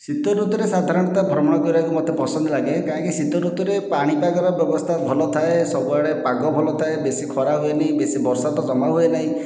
ଶୀତ ଋତୁରେ ସାଧାରଣତଃ ଭ୍ରମଣ କରିବାକୁ ମୋତେ ପସନ୍ଦ ଲାଗେ କାହିଁକି ଶୀତ ଋତୁରେ ପାଣିପାଗର ବ୍ୟବସ୍ଥା ଭଲ ଥାଏ ସବୁଆଡ଼େ ପାଗ ଭଲ ଥାଏ ବେଶି ଖରା ହୁଏନି ବେଶି ବର୍ଷା ତ ଜମା ହୁଏନାହିଁ